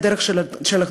היא דרך של אחדות.